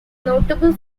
notable